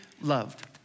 loved